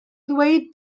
ddweud